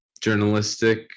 journalistic